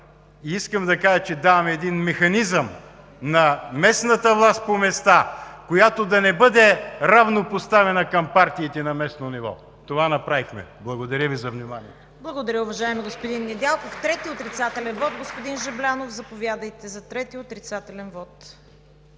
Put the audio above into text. Искам да кажа, че даваме един механизъм на местната власт, който да не бъде равнопоставен към партиите на местно ниво. Това направихме. Благодаря Ви за вниманието.